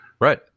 Right